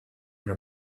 when